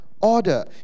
order